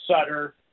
Sutter